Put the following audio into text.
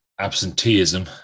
absenteeism